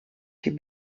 die